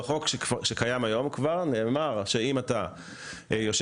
בחוק שכבר קיים היום נאמר שאם אתה יושב